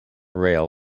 rail